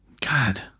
God